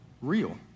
real